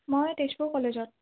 মই তেজপুৰ কলেজত